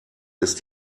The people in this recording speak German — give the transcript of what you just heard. ist